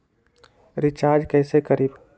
Recharge कैसे करीब?